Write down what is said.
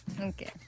Okay